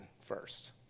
first